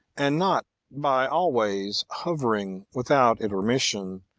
and not by always hovering, without intermission,